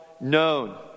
known